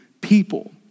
people